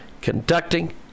conducting